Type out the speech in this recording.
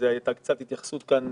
והייתה לזה קצת התייחסות כאן,